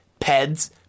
PEDS